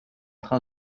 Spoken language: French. train